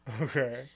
Okay